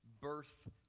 birth